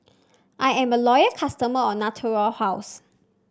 I am a loyal customer of Natura House